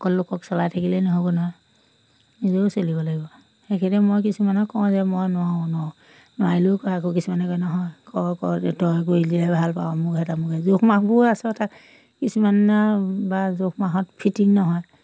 অকল লোকক চলাই থাকিলেই নহ'ব নহয় নিজেও চলিব লাগিব সেইকাৰণে মই কিছুমানক কওঁ যে মই নোৱাৰোঁ নোৱাৰোঁ নোৱাৰিলেও কয় আকৌ কিছুমানে নহয় কৰ কৰ তই কৰিলেহে ভাল পাওঁ আমুকহে তামুকহে জোখ মাখবোৰ আচলতে কিছুমানৰ বা জোখ মাখত ফিটিং নহয়